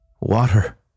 water